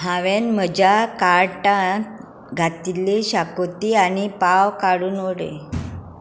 हांवेन म्हज्या काटान घातिल्ली शाकोती आनी पाव काडून उडय